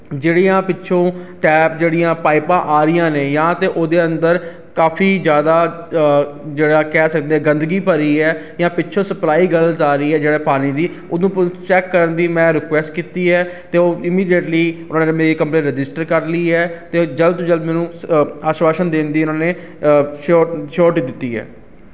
ਜਿਹੜੀਆਂ ਪਿੱਛੋਂ ਟੈਬ ਜਿਹੜੀਆਂ ਪਾਈਪਾਂ ਆ ਰਹੀਆਂ ਨੇ ਜਾਂ ਤਾਂ ਉਹਦੇ ਅੰਦਰ ਕਾਫੀ ਜ਼ਿਆਦਾ' ਜਿਹੜਾ ਕਹਿ ਸਕਦੇ ਗੰਦਗੀ ਭਰੀ ਹੈ ਜਾਂ ਪਿੱਛੋਂ ਸਪਲਾਈ ਗਲਤ ਆ ਰਹੀ ਹੈ ਜਿਹੜੇ ਪਾਣੀ ਦੀ ਉਹ ਨੂੰ ਚੈੱਕ ਕਰਨ ਦੀ ਮੈਂ ਰਿਕੁਐਸਟ ਕੀਤੀ ਹੈ ਅਤੇ ਉਹ ਇਮੀਡੀਟਲੀ ਉਹਨਾਂ ਦੇ ਮੇਰੀ ਕੰਪਲੇਂਟ ਰਜਿਸਟਰ ਕਰ ਲਈ ਹੈ ਅਤੇ ਜਲਦ ਤੋਂ ਜਲਦ ਮੈਨੂੰ ਆਸ਼ਵਾਸਨ ਦੇਣ ਦੀ ਉਹਨਾਂ ਨੇ ਸ਼ੋਰ ਸੋਰਟੀ ਦਿੱਤੀ ਹੈ